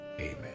Amen